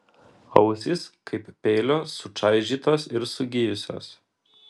ausys kaip peilio sučaižytos ir sugijusios